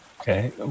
Okay